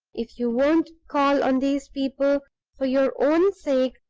if you won't call on these people for your own sake,